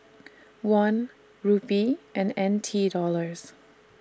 Won Rupee and N T Dollars